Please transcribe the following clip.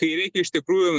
kai reikia iš tikrųjų